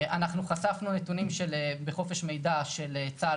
אנחנו חשפנו נתונים בחופש מידע של צה"ל